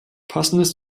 passendes